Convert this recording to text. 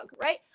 right